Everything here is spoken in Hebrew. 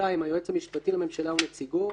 היועץ המשפטי לממשלה או נציגו,